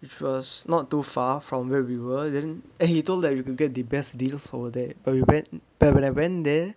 which was not too far from where we were then and he told that you could get the best deal over there but we went but I went there